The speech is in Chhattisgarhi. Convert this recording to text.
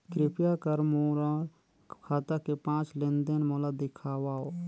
कृपया कर मोर खाता के पांच लेन देन मोला दिखावव